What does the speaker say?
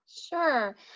Sure